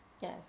yes